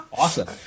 Awesome